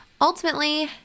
ultimately